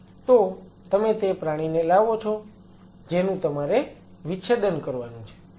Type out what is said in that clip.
તો તમે તે પ્રાણીને લાવો છો જેનું તમારે વિચ્છેદન કરવાનું છે